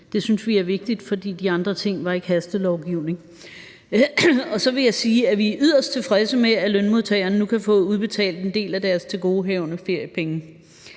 Det synes vi er vigtigt, fordi de andre ting ikke var hastelovgivning. Så vil jeg sige, at vi er yderst tilfredse med, at lønmodtagerne nu kan få udbetalt en del af deres tilgodehavende feriepenge.